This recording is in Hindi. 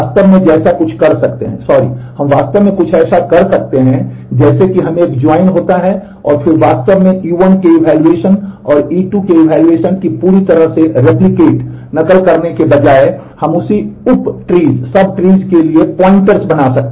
हम वास्तव में जैसा कुछ कर सकते हैं सॉरी हम वास्तव में कुछ ऐसा कर सकते हैं जैसे कि हमें एक ज्वाइन होता और फिर वास्तव में E1 के इवैल्यूएशन